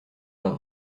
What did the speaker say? bas